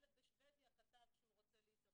הילד בשבדיה כתב שהוא רוצה להתאבד.